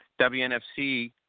WNFC